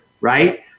right